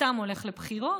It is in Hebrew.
סתם הולך לבחירות.